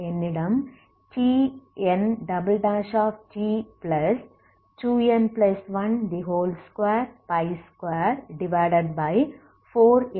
என்னிடம் Tnt2n1224L2c2Tnt0 என்ற equation உள்ளது